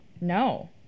No